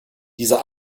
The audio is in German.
dieser